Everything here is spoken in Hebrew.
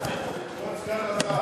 כבוד סגן השר.